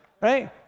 Right